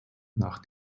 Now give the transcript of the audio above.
nach